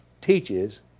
teaches